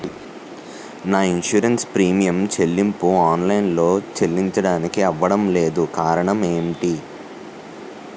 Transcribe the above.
నా insurance premium చెల్లింపు online లో చెల్లించడానికి అవ్వడం లేదు కారణం ఏమిటి?